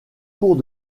cours